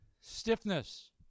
stiffness